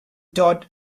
taught